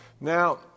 Now